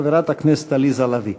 חברת הכנסת עליזה לביא.